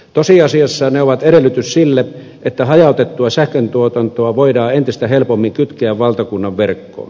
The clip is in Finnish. tosiasiassa ne ovat edellytys sille että hajautettua sähköntuotantoa voidaan entistä helpommin kytkeä valtakunnanverkkoon